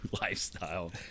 lifestyle